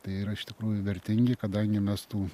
tai yra iš tikrųjų vertingi kadangi mes tų